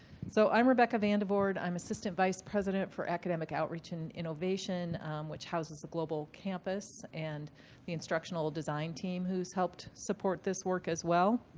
so i'm rebecca van de vord. i'm assistant vise president for academic outreach and innovation which houses the global campus and the instructional design team who has helped support this work as well.